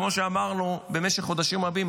כמו שאמרנו במשך חודשים רבים.